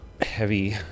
heavy